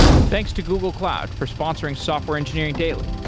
thanks to google cloud for sponsoring software engineering daily